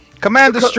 Commander